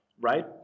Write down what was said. right